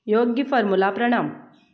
योग्य फोर्मुला प्रणाम